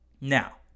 Now